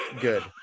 good